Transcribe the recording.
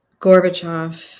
Gorbachev